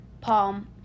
palm